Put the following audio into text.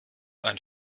ein